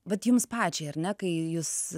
vat jums pačiai ar ne kai jūs